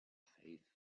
faith